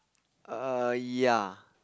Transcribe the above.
err ya